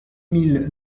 mille